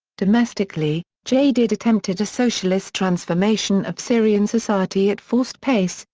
domestically, jadid attempted a socialist transformation of syrian society at forced pace,